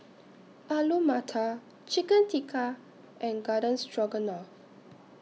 Alu Matar Chicken Tikka and Garden Stroganoff